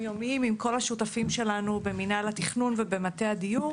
יומיים עם כל השותפים שלנו במנהל התכנון ובמטה הדיור.